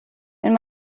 wenn